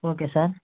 okay sir